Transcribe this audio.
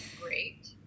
Great